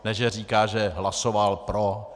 Ne, že říká, že hlasoval pro.